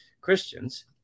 Christians